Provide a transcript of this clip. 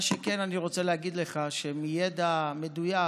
מה שכן, אני רוצה להגיד לך מתוך ידע מדויק: